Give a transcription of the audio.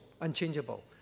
unchangeable